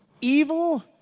evil